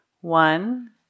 One